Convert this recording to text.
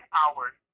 hours